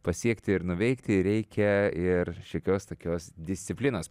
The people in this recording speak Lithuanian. pasiekti ir nuveikti reikia ir šiokios tokios disciplinos